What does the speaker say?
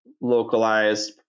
localized